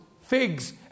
figs